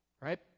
right